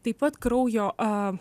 taip pat kraujo